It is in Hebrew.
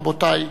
רבותי,